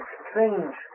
strange